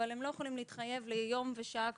אבל לא יכולים להתחייב ליום ושעה קבועים,